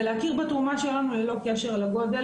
ולהכיר בתרומה שלנו ללא קשר לגודל